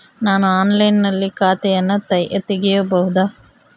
ನಾನು ಆನ್ಲೈನಿನಲ್ಲಿ ಖಾತೆಯನ್ನ ತೆಗೆಯಬಹುದಾ?